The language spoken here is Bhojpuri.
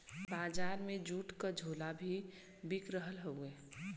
बजार में जूट क झोला भी बिक रहल हउवे